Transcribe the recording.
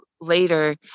later